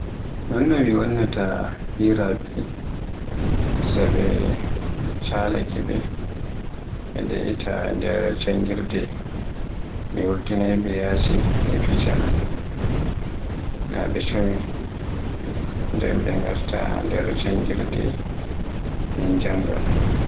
Non no mi wannata hiraabe am so ɓe chalaake ɓe, deiita e nder janngirde, mi wurtinay ɓe yasi be fija, naa ɓe coomi. Nden be ngarta nder janngirde min jannga.